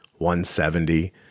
170